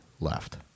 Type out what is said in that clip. left